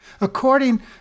According